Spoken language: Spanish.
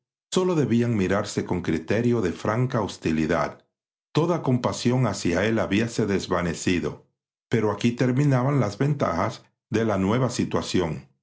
sólo debían mirarse con criterio de franca hostilidad toda compasión hacia él habíase desvanecido pero aquí terminaban las ventajas de la nueva situación